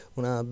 una